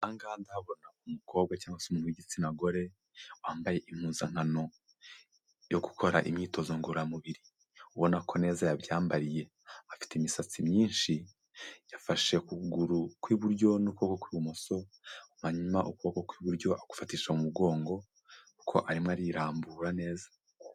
Ahangaha ndahabona umukobwa cyangwa se umuntu w'igitsina gore, wambaye impuzankano yo gukora imyitozo ngororamubiri, ubona ko neza yabyambariye, afite imisatsi myinshi, yafashe ukuguru kw'iburyo n'ukuboko kw'imoso, hanyuma ukuboko kw'iburyo agufatisha mu mugongo kuko arimo arirambura neza.